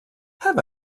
have